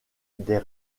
des